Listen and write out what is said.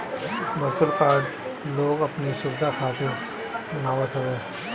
virtual card लोग अपनी सुविधा खातिर बनवावत हवे